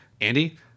Andy